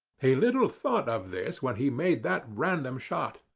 he little thought of this when he made that random shot.